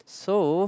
so